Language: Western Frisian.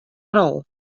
rol